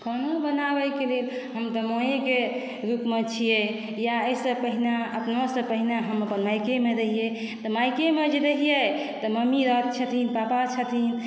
खाना बनाबयके लिये हम तऽ के रूपमे छियै या अइसँ पहिने एखनोसँ पहिने हम अपन मायकेमे रहियइ तऽ मायकेमे जे रहियइ तऽ मम्मी रह छथिन पापा छथिन